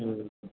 ꯎꯝ